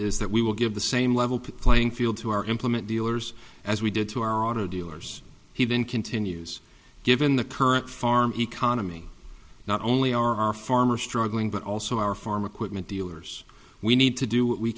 is that we will give the same level playing field to our implement dealers as we did to our auto dealers he then continues given the current farm economy not only are our farmers struggling but also our farm equipment dealers we need to do what we